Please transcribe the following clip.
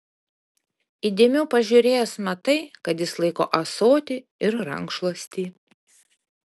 įdėmiau pažiūrėjęs matai kad jis laiko ąsotį ir rankšluostį